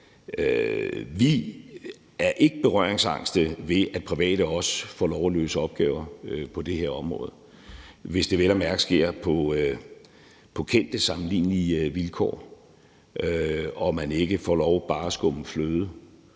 at vi ikke er berøringsangste over for, at private også får lov at løse opgaver på det område, hvis det vel at mærke sker på kendte, sammenlignelige vilkår og man ikke bare får lov at skumme fløden.